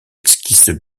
esquisses